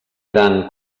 gran